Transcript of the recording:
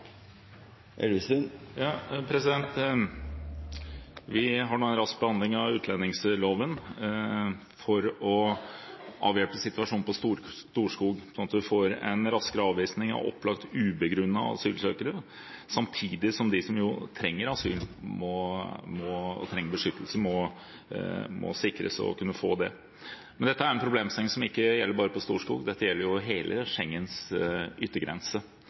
Elvestuen – til oppfølgingsspørsmål. Vi har nå en rask behandling av utlendingsloven for å avhjelpe situasjonen på Storskog, slik at vi får en raskere avvisning av opplagt grunnløse asylsøkere, samtidig som de som trenger beskyttelse og trenger asyl, må sikres å kunne få det. Men dette er en problemstilling som gjelder ikke bare på Storskog; dette gjelder hele Schengens yttergrense.